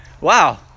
Wow